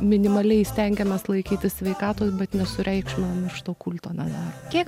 minimaliai stengiamės laikytis sveikatos bet nesureikšminam iš to kulto nedarom